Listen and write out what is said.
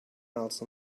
else